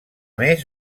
més